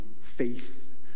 faith